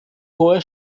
hohe